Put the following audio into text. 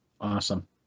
Awesome